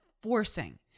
forcing